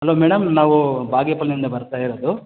hello madam ನಾವು ಬಾಗೇಪಲ್ಲಿಯಿಂದ ಬರ್ತಾ ಇರೋದು